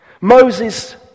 Moses